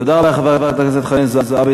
תודה רבה לחברת הכנסת חנין זועבי.